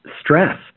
stress